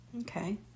Okay